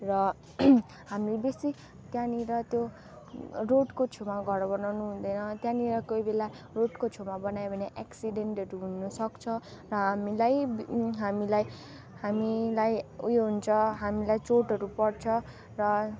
र हामी बेसी त्यहाँनिर त्यो रोडको छेउमा घर बनाउनु हुँदैन त्यहाँनिर कोही बेला रोडको छेउमा बनायो भने एक्सिडेन्टहरू हुनुसक्छ र हामीलाई हामीलाई हामीलाई उयो हुन्छ हामीलाई चोटहरू पर्छ र